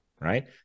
Right